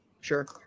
Sure